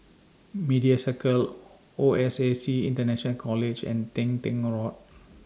Media Circle O S A C International College and Teng Tong Road